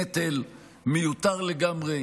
נטל מיותר לגמרי,